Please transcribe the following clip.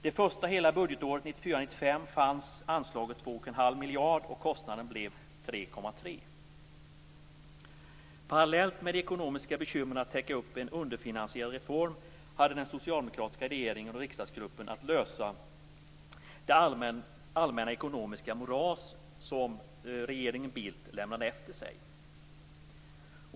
Det första hela budgetåret 1994/95 Parallellt med de ekonomiska bekymren med att täcka upp en underfinansierad reform hade den socialdemokratiska regeringen och riksdaggruppen att lösa detta med det allmänna ekonomiska moras som regeringen Bildt lämnade efter sig.